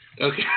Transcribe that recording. Okay